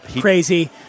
crazy